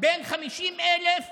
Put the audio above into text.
בין 50,000 ל-60,000,